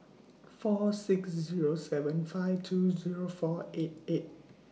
four six Zero seven five two Zero four eight eight